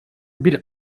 bir